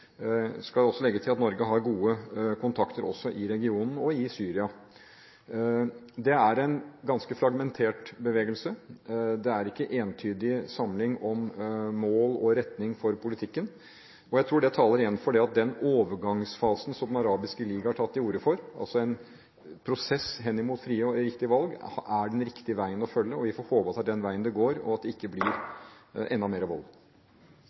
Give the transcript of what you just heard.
legge til at Norge også har gode kontakter i regionen og i Syria. Det er en ganske fragmentert bevegelse. Det er ikke en entydig samling om mål og retning for politikken. Jeg tror det igjen taler for at den overgangsfasen som Den arabiske ligaen har tatt til orde for – altså en prosess henimot frie og riktige valg – er den riktige veien å følge. Vi får håpe det er den veien det går, og at det ikke blir enda mer vold.